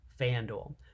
FanDuel